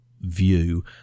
view